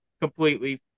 Completely